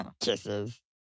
Kisses